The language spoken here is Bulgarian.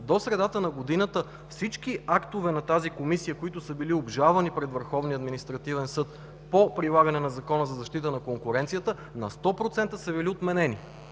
до средата на годината всички актове на тази Комисия, които са били обжалвани пред Върховния административен съд по прилагане на Закона за защита на конкуренцията, на 100% са били отменени,